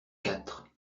quatre